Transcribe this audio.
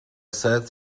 sight